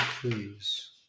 please